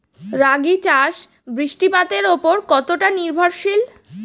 রাগী চাষ বৃষ্টিপাতের ওপর কতটা নির্ভরশীল?